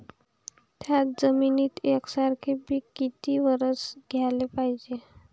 थ्याच जमिनीत यकसारखे पिकं किती वरसं घ्याले पायजे?